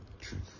Truth